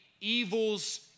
evils